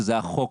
שזה היה חוק,